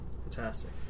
Fantastic